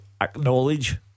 acknowledge